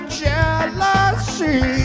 jealousy